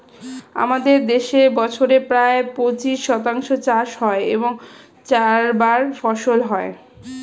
আমাদের দেশে বছরে প্রায় পঁচিশ শতাংশ চাষ হয় এবং চারবার ফসল হয়